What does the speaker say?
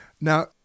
Now